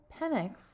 penix